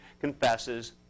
confesses